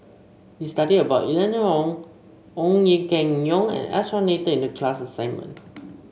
we studied about Eleanor Wong Ong Keng Yong and S R Nathan in the class assignment